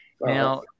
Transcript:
now